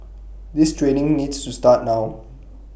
this training needs to start now